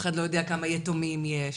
אף אחד לא יודע כמה יתומים יש,